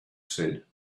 said